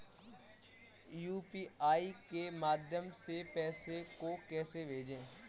UPI के माध्यम से पैसे को कैसे भेजें?